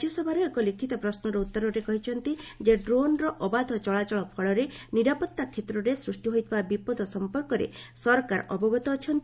ରାଜ୍ୟ ସଭାର ଏକ ଲିଖିତ ପ୍ରଶ୍ନର ଉତ୍ତରରେ କହିଛନ୍ତି ଯେ ଡ୍ରୋନ ର ଅବାଧ ଚଳାଚଳ ଫଳରେ ନିରାପତ୍ତା କ୍ଷେତ୍ରରେ ସୃଷ୍ଟି ହୋଇଥିବା ବିପଦ ସମ୍ପର୍କରେ ସରକାର ଅବଗତ ଅଛନ୍ତି